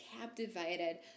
captivated